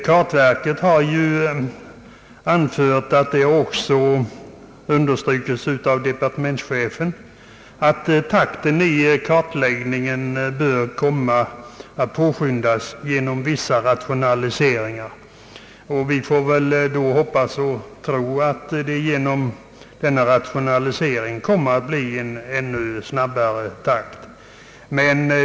Kartverket har anfört — det understryks också av departementschefen — att takten i kartläggningen torde komma att påskyndas genom vissa rationaliseringar. Vi får väl då hoppas och tro att denna rationalisering kommer att leda till en ännu snabbare utgivningstakt.